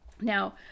now